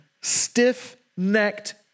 stiff-necked